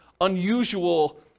unusual